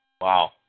Wow